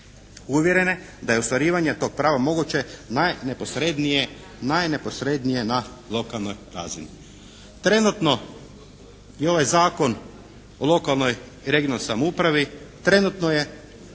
Uvjerene da je ostvarivanje tog prava moguće najneposrednije, najneposrednije na lokalnoj razini. Trenutno i ovaj Zakon o lokalnoj i regionalnoj samoupravi trenutno je